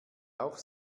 auch